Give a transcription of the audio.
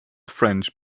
french